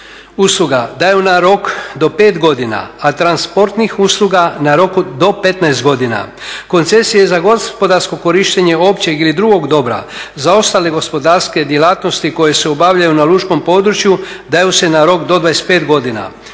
usluga daju na rok do 5 godina, a transportnih usluga na rok do 15 godina. Koncesije za gospodarsko korištenje općeg ili drugog dobra za ostale gospodarske djelatnosti koje se obavljaju na lučkom području daju se na rok do 25 godine.